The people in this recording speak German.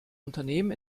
unternehmen